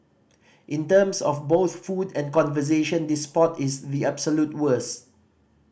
in terms of both food and conversation this spot is the absolute worst